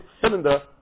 cylinder